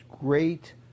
great